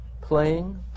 playing